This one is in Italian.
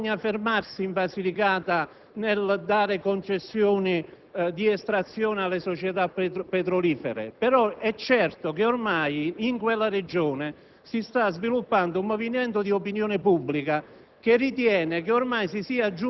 non so quando sia opportuno fermarsi, in Basilicata, nel dare concessioni di estrazione alle società petrolifere; è però certo che ormai in quella Regione si sta sviluppando un movimento di opinione pubblica